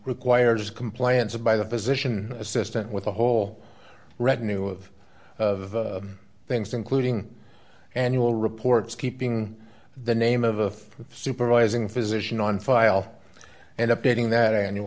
requires compliance by the physician assistant with a whole retinue of of things including annual reports keeping the name of a supervising physician on file and updating that an